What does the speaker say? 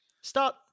Start